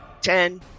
ten